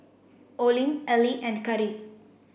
Olene Elie and Kari